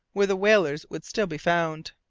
where the whalers would still be found.